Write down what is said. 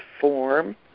form